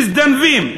מזדנבים.